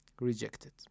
rejected